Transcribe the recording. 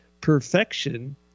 perfection